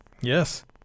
Yes